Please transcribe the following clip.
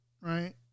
right